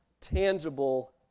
tangible